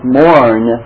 mourn